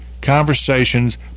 conversations